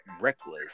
reckless